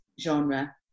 genre